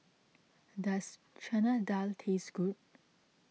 does Chana Dal taste good